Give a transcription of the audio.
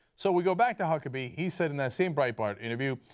so we go back to huckabee, he said in that same breitbart interview,